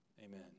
Amen